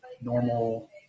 normal